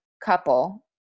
couple